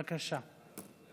בבקשה.